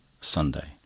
Sunday